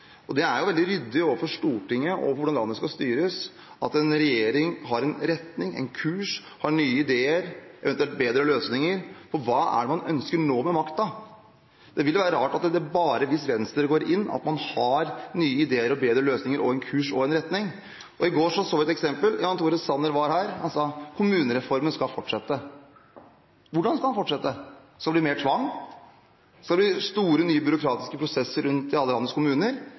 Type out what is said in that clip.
Det er veldig ryddig overfor Stortinget og for hvordan landet skal styres, at en regjering har en retning, en kurs, nye ideer og eventuelt bedre løsninger på hva man ønsker å oppnå med makten. Det ville være rart at det bare er hvis Venstre går inn, at man har nye ideer og bedre løsninger, og en kurs og en retning. I går så vi et eksempel: Jan Tore Sanner var her, og han sa at kommunereformen skal fortsette. Hvordan skal den fortsette? Skal det bli mer tvang? Skal det bli store, nye byråkratiske prosesser rundt i alle landets kommuner?